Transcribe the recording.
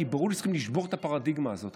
כי צריך לשבור את הפרדיגמה הזאת.